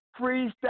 Freestyle